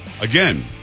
again